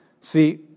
See